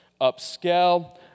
Upscale